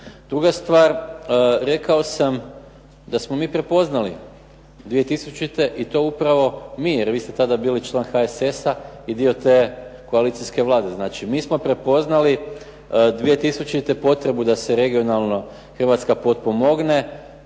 Druga stvar, rekao sam da smo mi prepoznali 2000-te i to upravo mi jer vi ste tada bili člana HSS-a i dio te koalicijske Vlade. Znači mi smo prepoznali 2000-te potrebu da se regionalno Hrvatska potpomogne.